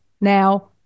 Now